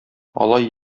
алай